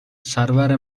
سرور